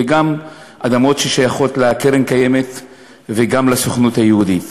וגם אדמות ששייכות לקרן הקיימת וגם לסוכנות היהודית.